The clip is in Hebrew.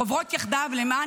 --- חשוב --- להפך,